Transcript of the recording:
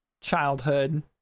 Childhood